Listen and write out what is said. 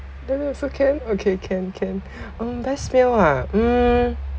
like that also can okay can can mm best meal ah mm